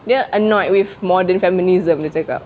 dia annoyed with modern feminism dia cakap